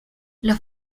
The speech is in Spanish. los